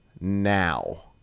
now